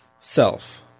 self